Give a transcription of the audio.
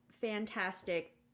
fantastic